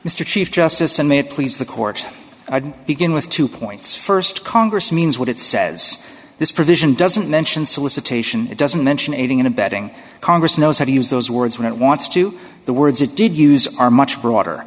mr chief justice and may please the court begin with two points st congress means what it says this provision doesn't mention solicitation it doesn't mention aiding and abetting congress knows how to use those words when it wants to the words it did use are much broader